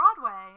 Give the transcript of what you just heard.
Broadway